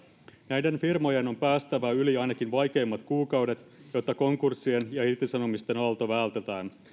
näiden firmojen on päästävä yli ainakin vaikeimmat kuukaudet jotta konkurssien ja irtisanomisten aalto vältetään